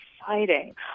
exciting